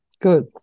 Good